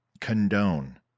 condone